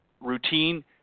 routine